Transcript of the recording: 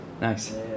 Nice